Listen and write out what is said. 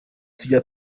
tujya